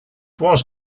was